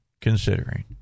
considering